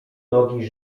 nogi